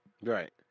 Right